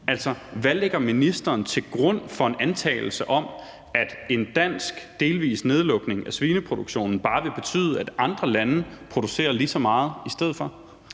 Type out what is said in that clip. hvad lægger ministeren til grund for en antagelse om, at en delvis nedlukning af den danske svineproduktion bare vil betyde, at andre lande vil producere ligeså meget i stedet for?